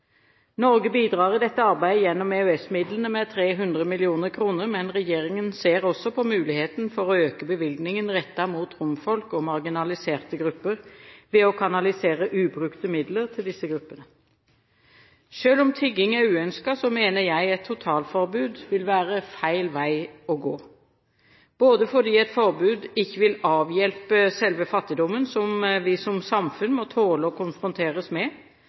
Norge bidrar i dette arbeidet gjennom EØS-midlene med 300 mill. kr, men regjeringen ser også på muligheten for å øke bevilgningen rettet mot romfolk og marginaliserte grupper ved å kanalisere ubrukte midler til disse gruppene. Selv om tigging er uønsket, mener jeg et totalforbud vil være feil vei å gå, både fordi et forbud ikke vil avhjelpe selve fattigdommen, som vi som samfunn må tåle å konfronteres med,